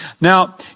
Now